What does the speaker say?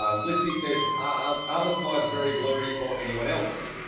ah felicity says are other slides very blurry for anyone else?